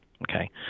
Okay